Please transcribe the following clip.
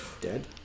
Dead